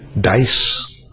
dice